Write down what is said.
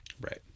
Right